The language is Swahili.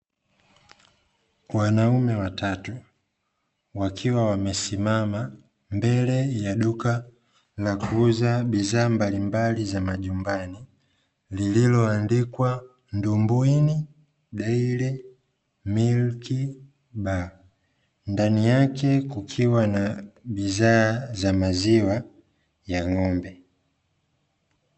Wanaume watatu wakiwa wamesimama mbele ya duka la kuuza bidhaa mbalimbali za nyumbani, lililoandikwa ''Dumbuini Daily Milk Bar'' ndani yake kukiwa na bidha za maziwa ya n'gombe.